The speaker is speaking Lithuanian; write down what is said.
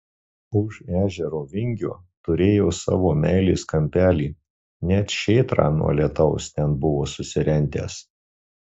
už ežero vingio turėjo savo meilės kampelį net šėtrą nuo lietaus ten buvo susirentęs